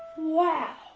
wow!